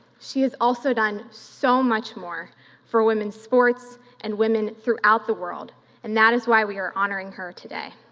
she has also done so much more for women's sports and women throughout the world and that is why we are honoring her today.